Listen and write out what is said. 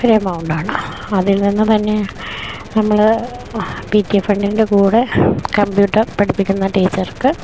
ഒരെമൗണ്ടാണ് അതിൽനിന്നുതന്നെ നമ്മള് P T A ഫണ്ടിൻ്റെ കൂടെ കമ്പ്യൂട്ടർ പഠിപ്പിക്കുന്ന ടീച്ചർക്ക്